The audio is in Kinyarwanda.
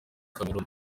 cameroun